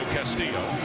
Castillo